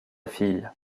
fille